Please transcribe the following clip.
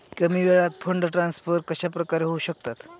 कमी वेळात fund transfer कशाप्रकारे होऊ शकतात?